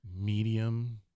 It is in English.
medium